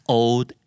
old